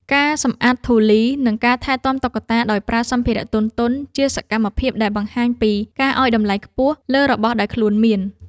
ការសម្អាតធូលី និងការថែទាំតុក្កតាដោយប្រើសម្ភារៈទន់ៗ ជាសកម្មភាពដែលបង្ហាញពីការឱ្យតម្លៃខ្ពស់លើរបស់ដែលខ្លួនមាន។